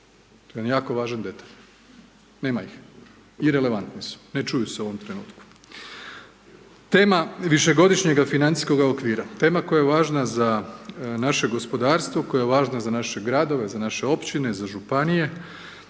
je jedan jako važan detalj, nema ih, irelevantni su, ne čuju se u ovom trenutku. Tema višegodišnjega financijskoga okvira, tema koja je važna za naše gospodarstvo, koja je važno za naše gradove, za naše općine, za županije,